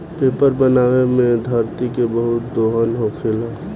paper बनावे मे धरती के बहुत दोहन होखेला